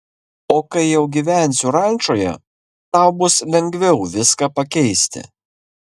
o kai jau gyvensiu rančoje tau bus lengviau viską pakeisti